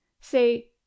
say